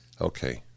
Okay